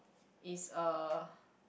is uh